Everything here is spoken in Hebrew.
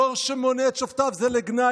דור שממנה את שופטיו, זה לגנאי.